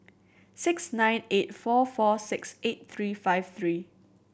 six nine eight four four six eight three five three